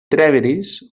trèveris